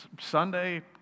Sunday